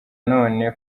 none